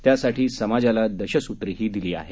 त्यासाठी समाजाला दशसुत्रीही दिली आहे